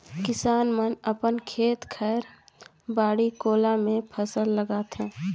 किसान मन अपन खेत खायर, बाड़ी कोला मे फसल लगाथे